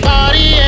Party